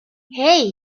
hey